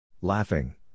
Laughing